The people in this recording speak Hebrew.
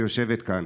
שיושבת כאן.